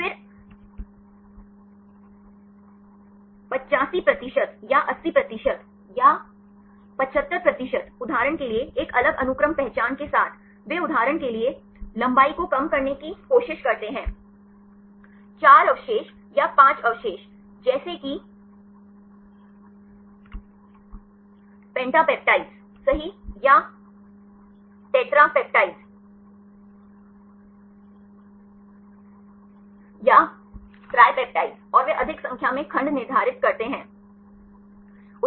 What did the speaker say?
फिर 85 प्रतिशत या 80 प्रतिशत या 75 प्रतिशत उदाहरण के लिए एक अलग अनुक्रम पहचान के साथ वे उदाहरण के लिए लंबाई को कम करने की कोशिश करते हैं 4 अवशेष या 5 अवशेष जैसे कि पेंटापेपाइड्स सही या टेट्रापेप्टाइड्स या ट्रिपपेप्टाइड्स और वे अधिक संख्या में खंड निर्धारित करते हैं